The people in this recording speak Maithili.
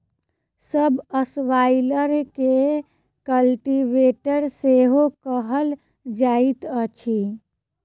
सब स्वाइलर के कल्टीवेटर सेहो कहल जाइत अछि